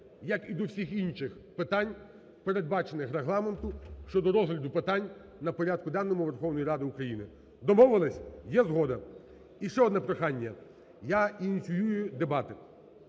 як і до всіх інших питань, передбачених Регламентом, щодо розгляду питань на порядку денному Верховної Ради України. Домовились? Є згода? І ще одне прохання, я ініціюю дебати,